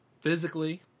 physically